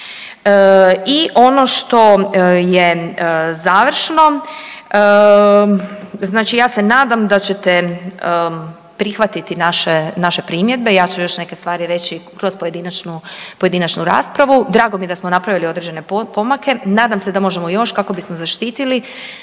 I ono što je završno, znači ja se nadam da ćete prihvatiti naše primjedbe, ja ću još neke stvari reći kroz pojedinačnu raspravu. Drago mi je da smo napravili određene pomake. Nadam se da možemo još kako bismo zaštitili